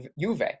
Juve